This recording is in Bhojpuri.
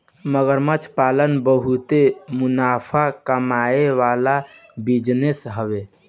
मगरमच्छ पालन बहुते मुनाफा कमाए वाला बिजनेस हवे